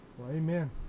amen